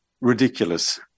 ridiculous